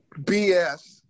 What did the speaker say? BS